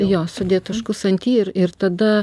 jo sudėt taškus ant i ir ir tada